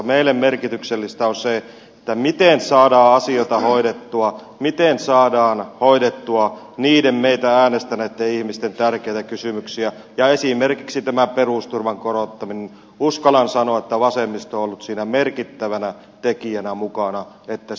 meille merkityksellistä on se miten saadaan asioita hoidettua miten saadaan hoidettua meitä äänestäneitten ihmisten tärkeitä kysymyksiä ja uskallan sanoa että esimerkiksi perusturvan korottamisessa vasemmisto on ollut merkittävänä tekijänä mukana siinä että se toteutuu